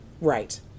right